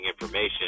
information